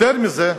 יותר מזה,